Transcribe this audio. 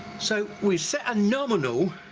so we've set a nominal